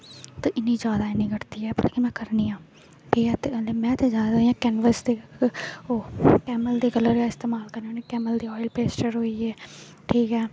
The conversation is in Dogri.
इन्नी जैदा ते निं करनी आं पर में करनी आं ठीक ऐ में ते जैदा कैनवस ते कैमल दे कल्लर इस्तेमाल करनी होन्नी कैमल दे बाद पेस्टर होई गे ठीक ऐ